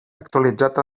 actualitzat